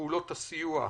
פעולות הסיוע",